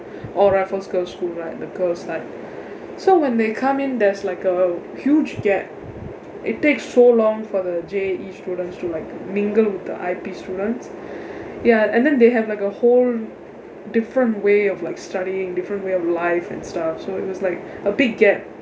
or raffles girls school right the girls side so when they come in there's like a huge gap it takes so long for the J_A_E students to like mingle with the I_P students ya and then they have like a whole different way of like studying different way of life and stuff so it was like a big gap